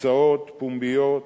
הרצאות פומביות,